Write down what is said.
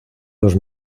los